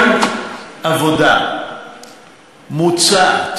כל עבודה מוצעת